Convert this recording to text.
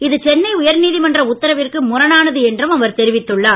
இது சென்னை உயர்நீதிமன்ற உத்தரவிற்கு முரணானது என்றும் அவர் தெரிவித்துள்ளார்